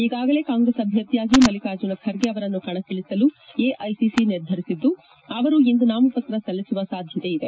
ಈಗಾಗಲೇ ಕಾಂಗ್ರೆಸ್ ಅಭ್ಯರ್ಥಿಯಾಗಿ ಮಲ್ಲಿಕಾರ್ಜುನ ಖರ್ಗೆ ಅವರನ್ನು ಕಣಕ್ಕಿಳಿಸಲು ಎಐಸಿಸಿ ನಿರ್ಧರಿಸಿದ್ದು ಅವರು ಇಂದು ನಾಮಪತ್ರ ಸಲ್ಲಿಸುವ ಸಾಧ್ಯತೆ ಇದೆ